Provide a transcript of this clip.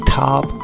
top